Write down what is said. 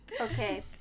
Okay